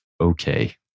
okay